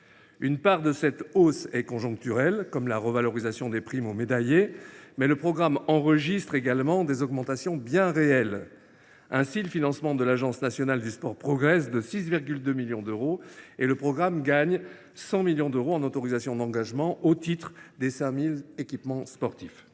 Une part de cette hausse est conjoncturelle, comme la revalorisation des primes aux médaillés, mais le programme enregistre également des augmentations bien réelles. Ainsi, le financement de l’Agence nationale du sport (ANS) progresse de 6,2 millions d’euros et le programme gagne 100 millions d’euros en autorisations d’engagement au titre du plan « 5 000 terrains de sport ».